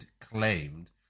claimed